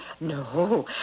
No